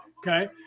Okay